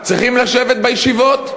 צריך לשבת בישיבות,